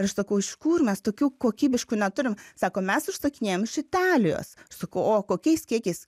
ir aš sakau iš kur mes tokių kokybiškų neturim sako mes užsakinėjam iš italijos sakau o kokiais kiekiais